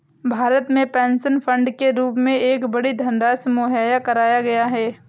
भारत में pension fund के रूप में एक बड़ी धनराशि मुहैया कराया गया है